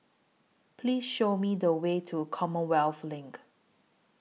Please Show Me The Way to Commonwealth LINK